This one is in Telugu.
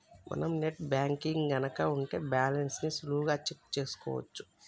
మనం నెట్ బ్యాంకింగ్ గనక ఉంటే బ్యాలెన్స్ ని సులువుగా చెక్ చేసుకోవచ్చు